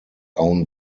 own